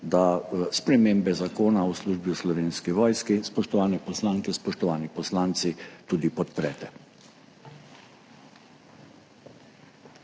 da spremembe Zakona o službi v Slovenski vojski, spoštovane poslanke, spoštovani poslanci, tudi podprete.